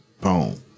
Boom